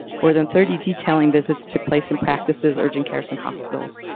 more than thirty detailing visits took place in practices, urgent cares and hospitals.